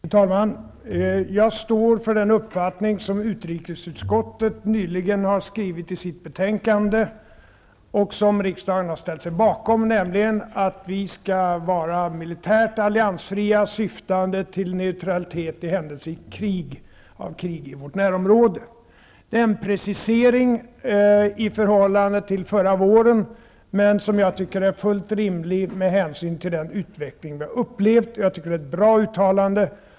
Fru talman! Jag står för den uppfattning som utrikesutskottet nyligen har skrivit i sitt betänkande och som riksdagen har ställt sig bakom, nämligen att vi skall vara militärt alliansfria, syftande till neutralitet i händelse av krig i vårt närområde. Det är en precisering i förhållande till förra våren, som jag tycker är fullt rimlig med hänsyn till den utveckling vi har upplevt. Jag tycker att det är ett bra uttalande.